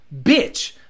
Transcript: Bitch